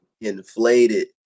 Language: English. inflated